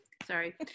Sorry